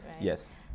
Yes